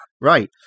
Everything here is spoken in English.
right